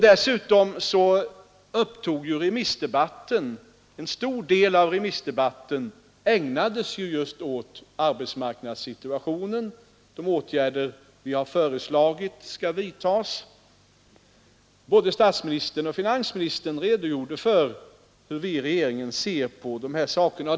Dessutom ägnades en stor del av remissdebatten just åt arbetsmarknadssituationen och åt de åtgärder vi föreslagit. Både statsministern och finansministern redogjorde för hur vi i regeringen ser på dessa saker.